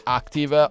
active